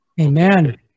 Amen